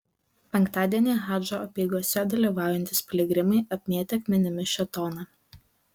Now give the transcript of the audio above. penktadienį hadžo apeigose dalyvaujantys piligrimai apmėtė akmenimis šėtoną